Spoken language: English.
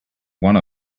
one